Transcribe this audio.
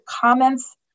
comments